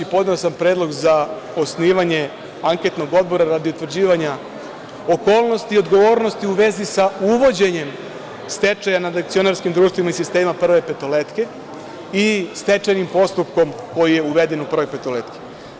Podneo sam predlog za osnivanje anketnog odbora radi utvrđivanja okolnosti i odgovornosti u vezi sa uvođenjem stečaja nad akcionarskim društvima iz sistema „Prva petoletka“ Trstenik i stečajnim postupkom koji je uveden u „Prvoj petoletki“